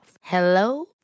Hello